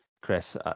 Chris